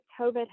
COVID